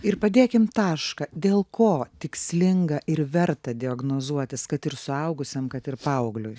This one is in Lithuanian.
ir padėkim tašką dėl ko tikslinga ir verta diagnozuotis kad ir suaugusiam kad ir paaugliui